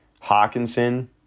Hawkinson